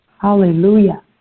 Hallelujah